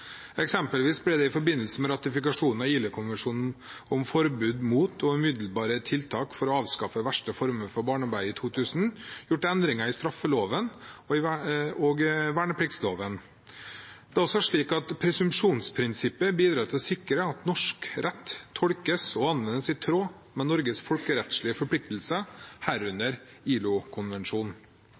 Eksempelvis ble det i forbindelse med ratifikasjonen av ILO-konvensjonen om forbud mot og umiddelbare tiltak for å avskaffe de verste former for barnearbeid i 2000 gjort endringer i straffeloven og i vernepliktsloven. Det er også slik at presumpsjonsprinsippet bidrar til å sikre at norsk rett tolkes og anvendes i tråd med Norges folkerettslige forpliktelser, herunder